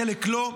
חלק לא.